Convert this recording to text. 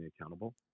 accountable